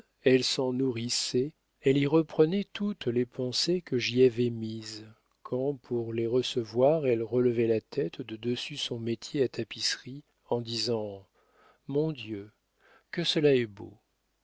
elle s'en nourrissait elle y reprenait toutes les pensées que j'y avais mises quand pour les recevoir elle relevait la tête de dessus son métier à tapisserie en disant mon dieu que cela est beau